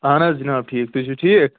اہَن حظ جِناب ٹھیٖک تُہۍ چھُو ٹھیٖک